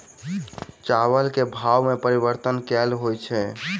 चावल केँ भाव मे परिवर्तन केल होइ छै?